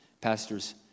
pastor's